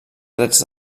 drets